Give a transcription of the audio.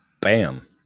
Bam